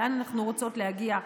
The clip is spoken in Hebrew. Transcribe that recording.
לאן אנחנו רוצות להגיע.